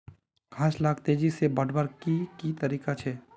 घास लाक तेजी से बढ़वार की की तरीका छे?